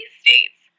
states